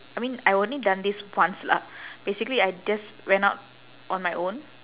I mean I only done this once lah basically I just ran out on my own